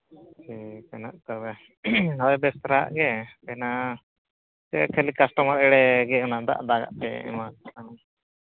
ᱤᱱᱠᱟᱹᱱᱟᱜ ᱛᱚᱵᱮ ᱦᱳᱭ ᱵᱮᱥ ᱫᱷᱟᱨᱟᱣᱟᱜ ᱜᱮ ᱠᱷᱟᱹᱞᱤ ᱠᱟᱥᱴᱚᱢᱟᱨ ᱮᱲᱮ ᱜᱮ ᱫᱟᱜ ᱫᱟᱜ ᱟᱜ ᱯᱮ ᱮᱢᱟ ᱠᱚᱠᱷᱟᱱ